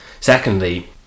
secondly